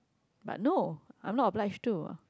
but no I'm not obliged to